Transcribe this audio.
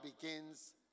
begins